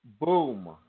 Boom